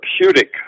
therapeutic